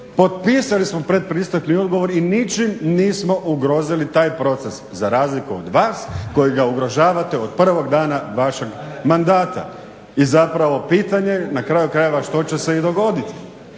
popisali smo predpristupni ugovor i ničim nismo ugrozili taj proces, za razliku od vas koji ga ugrožavate od prvog dana vašeg mandata. I zapravo pitanje je na kraju krajeva što će se i dogodit?